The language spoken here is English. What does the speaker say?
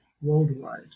worldwide